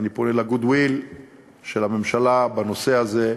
אני פונה ל-goodwill של הממשלה בנושא הזה,